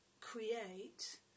create